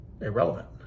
irrelevant